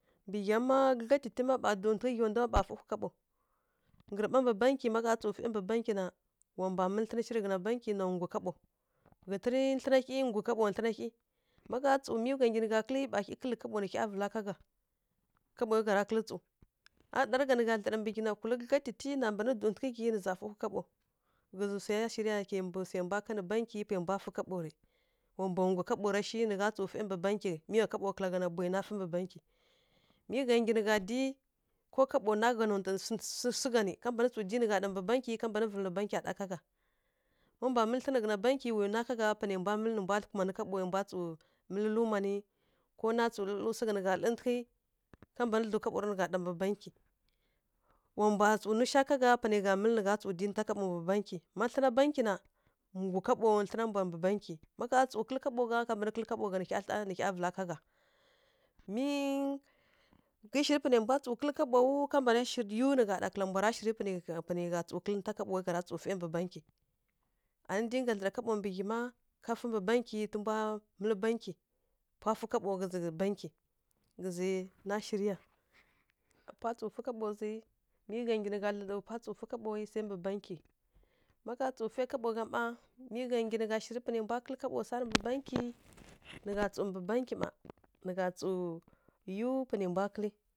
Mbǝ ghyangǝ ma gǝdlyatiti ma ɓa dǝntǝghǝ ghya ndu ɓa fǝhwi kaɓo. Ngǝɓa mbǝ bankyi ma gha tsǝw fai mbǝ bankyi na, wa mbwa mǝlǝ thlǝn shi rǝ ghǝna bankyi na nggu kaɓo, ghǝtǝnǝ thlǝna hyi nggu kaɓo thlǝna hyi. Má gha tsǝw mi wan nggyi nǝ gha kǝlǝ ɓa hyi kǝlǝ kaɓo nǝ hya vǝla ká gha. Kaɓo rǝ gha ra kǝlǝ tsǝw, ma ɗarǝ gha nǝ gha dlǝra mbǝ ghyi na kulǝ gǝdlyatiti na mban dǝwntǝghǝ hyi nǝ za fǝhwi kaɓo. Ghǝzǝ swa shirǝ ya kimbǝ swai mbwa kanǝ bankyi pwai mbwa fǝ kaɓo rǝ. Wa mbwa nggu kaɓo ra shi nǝ gha tsǝw fai mbǝ bankyi, mi wa kaɓo kula gha bwahyi na fǝ mbǝ bankyi. Mi gha nggyi nǝ dyi ko kaɓo na gha su su su gha nǝ ka mban tsǝw dyi nǝ gha ɗa mbǝ bankyi ka mban vǝlǝ nǝ bankya ɗa ka gha, ma mbwa mǝlǝ thlǝn mbǝ bankyi wi nwa ka gha panai mbwa kumanǝ kaɓo na tsǝw mǝlǝ luma nǝ ko na tsǝw lǝlǝrǝ swu gha nǝ lǝrǝntǝghǝ. Ká mban dlǝw kaɓo ra nǝ gha ɗa mbǝ bankyi. Wa mbwa tsǝw nu sha ká ghá panai gha mǝlǝ nǝ gah tsǝw dyi ninta kaɓo mbǝ bankyi. Má thlǝna bankyi na, nggu kaɓa thlǝna mbwa mbǝ bankyi, ma gha tsǝw kǝlǝ kaɓo gha ká mban kǝlǝ kaɓo gha nǝ hya vǝla ká gha. Mi ghǝi shiriw panai mbwa tsǝw kǝlǝ kaɓo wu, ka mban shi yiw nǝ gha ɗa kǝla mbwara shirǝ panai gha tsǝw kǝlǝ ninta kaɓo má gha tsǝw fai mbǝ bankyi. Ani dinga dlǝra kaɓo mbǝ ghyi ma, ka fǝ mbǝ bankyi tǝ mbwa mǝlǝ bankyi. Pwa fǝ kaɓo ghǝzǝ bankyi, ghǝzǝ na shirǝ ya. Pwa tsǝ fǝ kaɓo zǝ mi gha nggyi nǝ gha dlǝdlǝɓǝ pwa tsǝw fǝ kaɓo wu sai mbǝ bankyi. Má gha tsǝw fai kaɓo gha mma, mi gha nggyi nǝ gha shirǝ panai mbwa kǝlǝ kaɓo sarǝ mbǝ bankyi. Nǝ gahtsǝw mbǝ bankyi ma nǝ gha tsǝw yiw panai mbwa kǝlǝ.